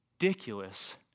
ridiculous